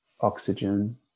oxygen